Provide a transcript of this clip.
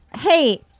Hey